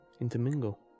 intermingle